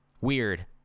weird